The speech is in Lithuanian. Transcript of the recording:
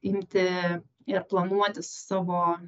imti ir planuotis savo